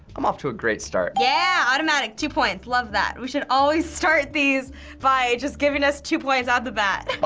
i'm off to a great start. yeah, automatic two points! love that! we should always start these by just giving us two points out the bat.